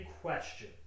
question